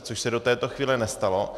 Což se do této chvíle nestalo.